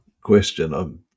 question